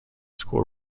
school